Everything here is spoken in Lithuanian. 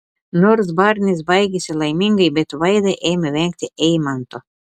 nors barnis baigėsi laimingai bet vaida ėmė vengti eimanto